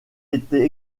été